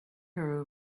her